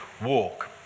walk